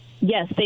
Yes